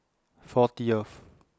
fortieth